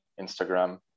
Instagram